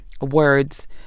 words